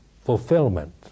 fulfillment